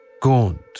gaunt